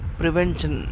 prevention